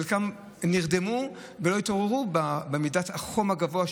חלקם נרדמו ולא התעוררו ממידת החום הגבוהה